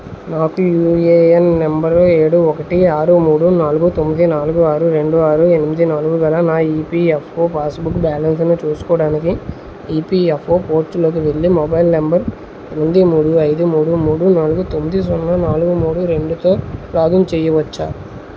నాకు UAN number ఏడు ఒకటి ఆరు మూడు నాలుగు తొమ్మిది నాలుగు ఆరు రెండు ఆరు ఎనిమిది నాలుగు గల నా EPFO passbook balance చూసుకోడానికి ఈపిఎఫ్ఓ పోర్టల్ కి వేరే మొబైల్ నంబరు ఎనిమిది మూడు ఐదు మూడు మూడు నాలుగు తొమ్మిది సున్నా నాలుగు మూడు రెండుతో లాగిన్ చేయవచ్చా